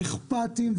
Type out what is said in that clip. אכפתיים,